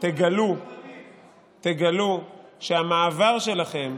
תגלו שהמעבר שלכם,